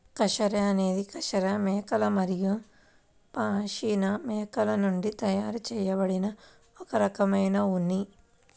cashmere అనేది cashmere మేకలు మరియు పష్మినా మేకల నుండి తయారు చేయబడిన ఒక రకమైన ఉన్ని